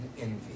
envy